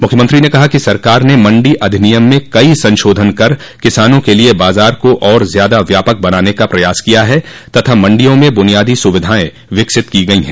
मुख्यमंत्री ने कहा कि सरकार ने मण्डी अधिनियम में कई संशोधन कर किसानों के लिए बाज़ार को और ज़्यादा व्यापक बनाने का प्रयास किया है तथा मण्डियों में बुनियादी सुविधायें विकसित की गयी हैं